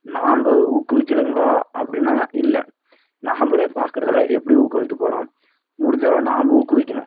நாம் ஊக்குவிக்கிறீங்களா அப்படின்னா இல்லை நாம்மளே பார்க்கறது இல்லை எப்படி ஊக்குவிக்கப் போகிறோம் முடிஞ்சளவு நாம்ம ஊக்குவிக்கணும்